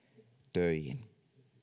töihin